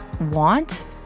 want